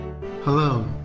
Hello